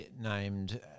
named